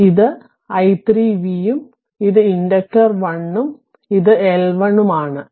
അതിനാൽ ഇത് i 3 v ഉം ഇത് ഇൻഡക്റ്റർ 1 ഉം ഇത് L1 ഉം ആണ്